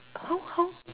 how how